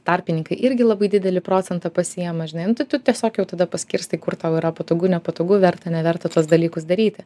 tarpininkai irgi labai didelį procentą pasiema žinai nu tai tu tiesiog jau tada paskirstai kur tau yra patogu nepatogu verta neverta tuos dalykus daryti